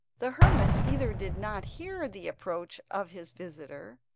the hermit either did not hear the approach of his visitor,